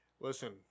Listen